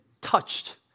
touched